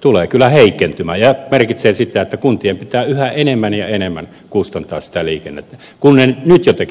tulee kyllä heikentymään ja merkitsee sitä että kuntien pitää yhä enemmän ja enemmän kustantaa sitä liikennettä vaikka ne nyt jo tekevät sitä paljon